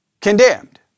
condemned